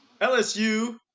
LSU